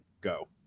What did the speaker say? Go